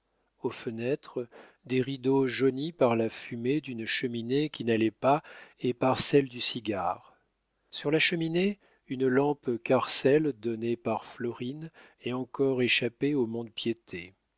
aux fenêtres des rideaux jaunis par la fumée d'une cheminée qui n'allait pas et par celle du cigare sur la cheminée une lampe carcel donnée par florine et encore échappée au mont-de-piété